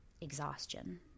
exhaustion